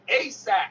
asap